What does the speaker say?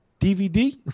DVD